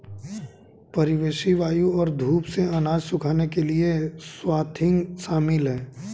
परिवेशी वायु और धूप से अनाज सुखाने के लिए स्वाथिंग शामिल है